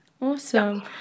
Awesome